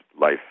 life